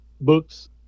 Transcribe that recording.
books